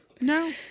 No